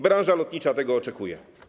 Branża lotnicza tego oczekuje.